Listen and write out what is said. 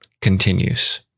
continues